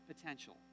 potential